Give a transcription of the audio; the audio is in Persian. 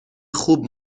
خوب